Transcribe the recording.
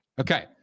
Okay